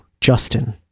Justin